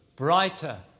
Brighter